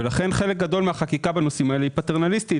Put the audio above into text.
לכן חלק גדול מהחקיקה בנושאים האלה היא פטרנליסטית